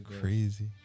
crazy